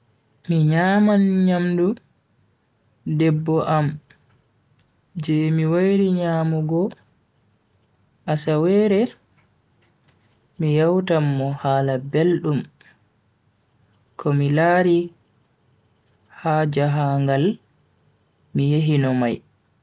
Mi nyaman nyamdu debbo am je mi wairi nyamugo asaweere, mi yewtan mo hala beldum komi lari ha jahangal mi yehi no mai.